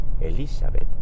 Elizabeth